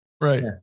Right